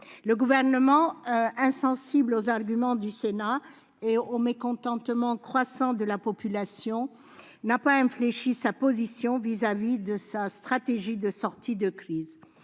le Gouvernement, insensible aux arguments du Sénat et au mécontentement croissant de la population, n'a pas infléchi sa position à l'égard de sa stratégie de sortie de crise.